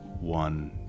one